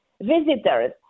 visitors